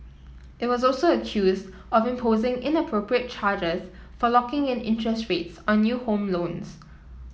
it was also accused of imposing inappropriate charges for locking in interest rates on new home loans